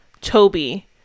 Toby